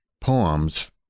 poems